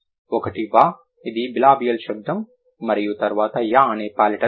ఒకటి వ ఇది బిలబియల్ శబ్దం మరియు తరువాత యా అనేది పాలిటల్ ధ్వని